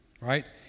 right